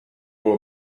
will